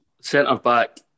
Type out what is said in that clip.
Centre-back